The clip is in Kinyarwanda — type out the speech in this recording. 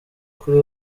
kuri